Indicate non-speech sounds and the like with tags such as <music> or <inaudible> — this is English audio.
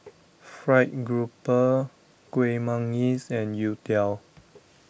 Fried Grouper Kuih Manggis and Youtiao <noise>